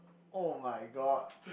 !oh-my-god!